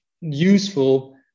useful